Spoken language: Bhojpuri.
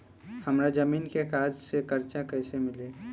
हमरा जमीन के कागज से कर्जा कैसे मिली?